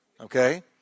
Okay